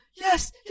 Yes